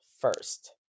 first